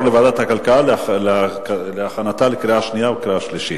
לוועדת הכלכלה להכנתה לקריאה שנייה וקריאה שלישית.